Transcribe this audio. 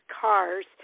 cars